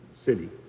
city